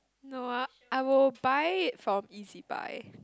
no I I will buy from E_Z-buy